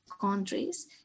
countries